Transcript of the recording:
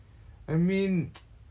I mean